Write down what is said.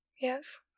Yes